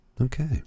Okay